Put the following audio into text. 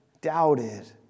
doubted